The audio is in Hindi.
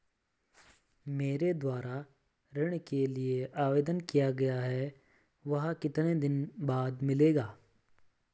मेरे द्वारा ऋण के लिए आवेदन किया गया है वह कितने दिन बाद मिलेगा?